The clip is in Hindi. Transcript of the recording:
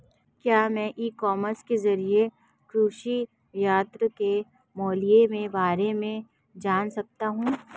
क्या मैं ई कॉमर्स के ज़रिए कृषि यंत्र के मूल्य में बारे में जान सकता हूँ?